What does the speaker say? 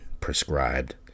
prescribed